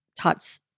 Tots